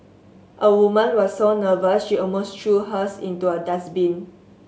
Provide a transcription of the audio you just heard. a woman was so nervous she almost threw hers into a dustbin